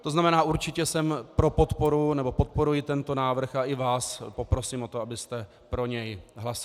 To znamená, určitě jsem pro podporu nebo podporuji tento návrh a i vás poprosím o to, abyste pro něj hlasovali.